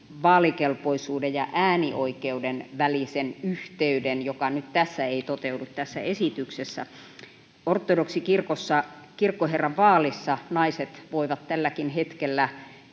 vaalikelpoisuuden ja äänioikeuden välisen yhteyden, joka nyt ei tässä esityksessä toteudu: Ortodoksikirkossa kirkkoherran vaalissa naiset voivat tälläkin hetkellä